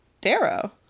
Darrow